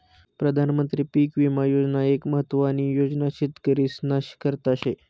प्रधानमंत्री पीक विमा योजना एक महत्वानी योजना शेतकरीस्ना करता शे